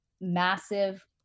massive